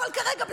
אבל כרגע,